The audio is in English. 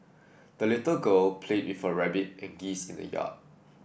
the little girl played with her rabbit and geese in the yard